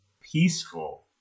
peaceful